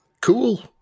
Cool